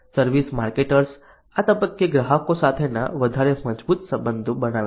service marketers આ તબક્કે ગ્રાહકો સાથેના વધારે મજબૂત સંબંધો બનાવી શકે છે